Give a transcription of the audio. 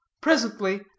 presently